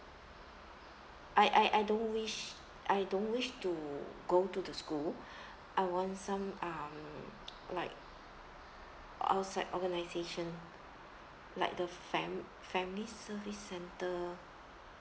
I I I don't wish I don't wish to go to the school I want some um like outside organisation like the fam~ family service centre